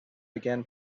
began